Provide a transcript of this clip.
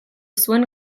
zuen